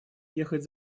ехать